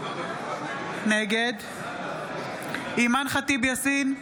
נגד אימאן ח'טיב יאסין,